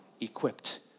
equipped